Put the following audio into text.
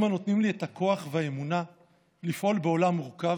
הם הנותנים לי את הכוח והאמונה לפעול בעולם מורכב,